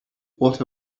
what